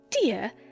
dear